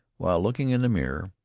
while looking in the mirror,